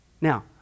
Now